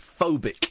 phobic